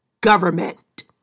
government